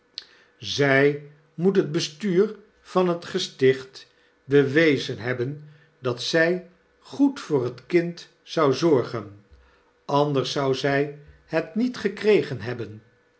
zy moet het bestuur van het gesticht bewezen hebben dat zy goed voor het kind zou zorgen anders zou zy het niet gekregen hebben